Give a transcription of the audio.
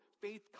Faith